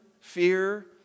fear